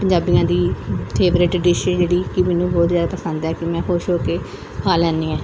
ਪੰਜਾਬੀਆਂ ਦੀ favourite dish ਜਿਹੜੀ ਕਿ ਮੈਨੂੰ ਬਹੁਤ ਜ਼ਿਆਦਾ ਪਸੰਦ ਹੈ ਕਿ ਮੈਂ ਖੁਸ਼ ਹੋ ਕੇ ਖਾ ਲੈਂਦੀ ਹਾਂ